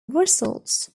results